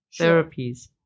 therapies